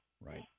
Right